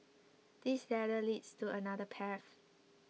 this ladder leads to another path